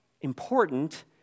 important